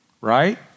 right